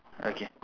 okay